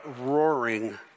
roaring